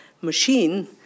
machine